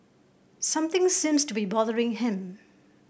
something seems to be bothering him